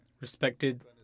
respected